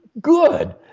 good